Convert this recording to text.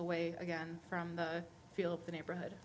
away again from the feel of the neighborhood